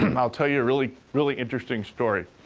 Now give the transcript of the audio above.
and i'll tell you a really, really interesting story.